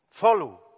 follow